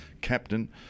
captain